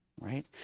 right